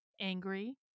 Angry